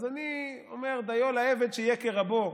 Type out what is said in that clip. אז אני אומר "דיו לעבד שיהיה כרבו".